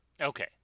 Okay